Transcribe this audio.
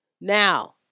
Now